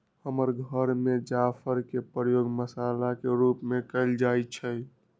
हमर घर में जाफर के प्रयोग मसल्ला के रूप में कएल जाइ छइ